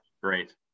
great